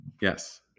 Yes